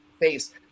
face